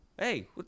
Hey